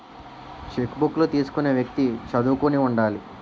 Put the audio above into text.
చెక్కుబుక్కులు తీసుకునే వ్యక్తి చదువుకుని ఉండాలి